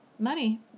money